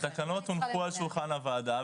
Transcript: התקנות הונחו על שולחן הוועדה,